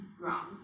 wrong